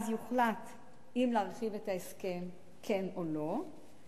אז יוחלט אם להרחיב את ההסכם, כן או לא.